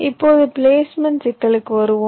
இப்போது பிளேஸ்மென்ட் சிக்கலுக்கு வருவோம்